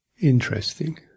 Interesting